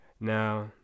Now